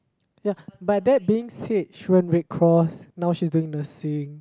ya but that being said she went red cross now she's doing nursing